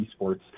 esports